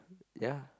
ya